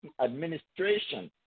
administration